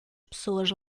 pessoas